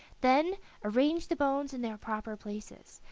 then arrange the bones in their proper places,